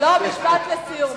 משפט לסיום.